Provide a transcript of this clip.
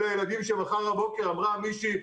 אלה הילדים שמחר בבוקר אמרה מישהי,